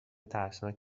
ترسناک